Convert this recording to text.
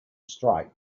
strike